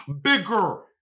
Bigger